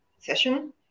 session